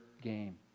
game